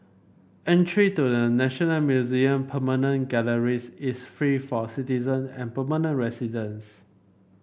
entry to the National Museum permanent galleries is free for citizen and permanent residents